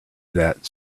that